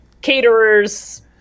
Caterers